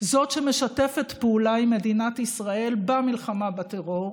זאת שמשתפת פעולה עם מדינת ישראל במלחמה בטרור,